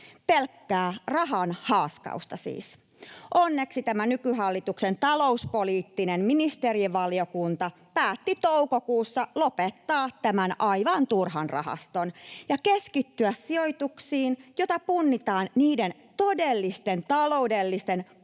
pelkkää rahan haaskausta siis. Onneksi tämä nykyhallituksen talouspoliittinen ministerivaliokunta päätti toukokuussa lopettaa tämän aivan turhan rahaston ja keskittyä sijoituksiin, joita punnitaan niiden todellisten taloudellisten